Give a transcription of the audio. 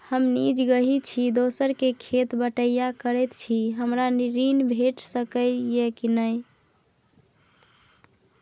हम निजगही छी, दोसर के खेत बटईया करैत छी, हमरा ऋण भेट सकै ये कि नय?